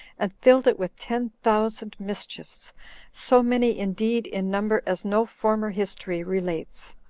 and filled it with ten thousand mischiefs so many indeed in number as no former history relates.